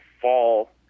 fall